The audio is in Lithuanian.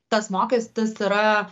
tas mokestis yra